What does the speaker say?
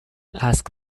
ask